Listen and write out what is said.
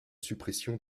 suppression